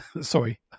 sorry